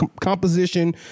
composition